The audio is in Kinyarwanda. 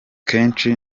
kenshi